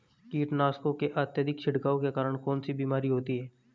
कीटनाशकों के अत्यधिक छिड़काव के कारण कौन सी बीमारी होती है?